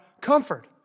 comfort